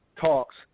talks